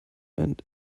and